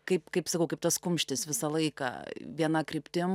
kaip kaip sakau kaip tas kumštis visą laiką viena kryptim